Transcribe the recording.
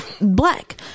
black